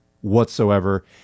whatsoever